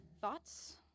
Thoughts